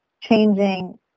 changing